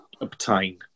obtain